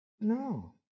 No